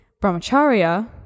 brahmacharya